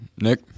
Nick